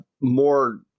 more